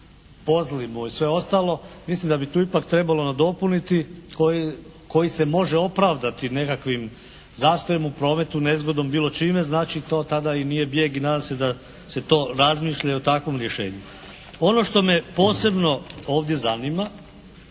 pozli mu i sve ostalo, mislim da bi tu ipak trebalo nadopuniti koji se može opravdati nekakvim zastojem u prometu, nezgodom bilo čime. Znači to tada i nije bijeg i nadam se da se to razmišlja i o takvom rješenju. Ono što me posebno ovdje zanima